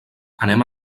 anem